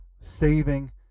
saving